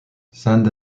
sand